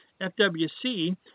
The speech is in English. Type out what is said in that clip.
FWC